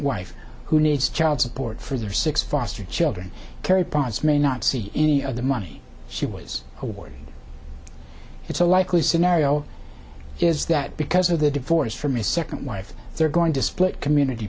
wife who needs child support for their six foster children kerry bonds may not see any of the money she was awarded it's a likely scenario is that because of the divorce from his second wife they're going to split community